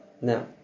Now